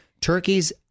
Turkey's